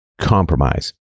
compromise